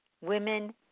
Women